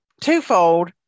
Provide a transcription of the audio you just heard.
twofold